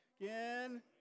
Again